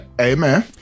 Amen